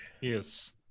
Yes